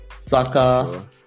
Saka